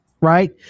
right